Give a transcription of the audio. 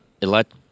elect